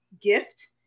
gift